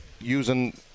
using